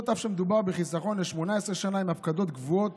אף שמדובר בחיסכון ל-18 שנה עם הפקדות קבועות